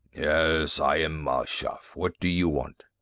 yes, i am mal shaff. what do you want?